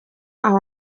aho